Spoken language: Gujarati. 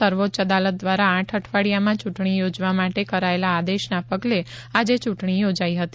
સર્વોચ્ચ અદાલત દ્વારા આઠ અઠવાડિયામાં ચૂંટણી યોજવા માટે કરાયેલા આદેશના પગલે આજે ચૂંટણી યોજાઈ હતી